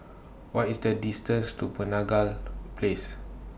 What IS The distance to Penaga Place